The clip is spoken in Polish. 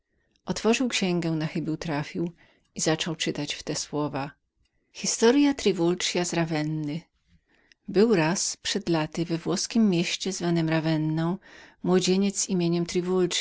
otworzył księgę na chybił trafił i zaczął czytać w te słowa był raz przed laty we włoskiem mieście nazwanem rawenna młodzieniec nazwiskiem triwuld